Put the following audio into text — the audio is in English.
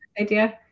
idea